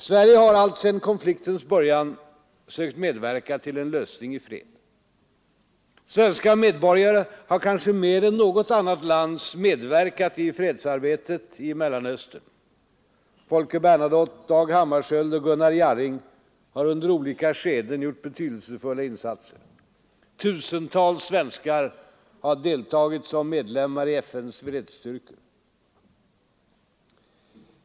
Sverige har alltsedan konfliktens början sökt medverka till en lösning i fred. Svenska medborgare har kanske mer än något annat lands medverkat i fredsarbetet i Mellanöstern. Folke Bernadotte, Dag Hammarskjöld och Gunnar Jarring har under olika skeden gjort betydelsefulla insatser. Tusentals svenskar har deltagit som medlemmar i FN:s fredsstyrkor.